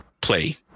play